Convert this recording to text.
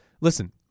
listen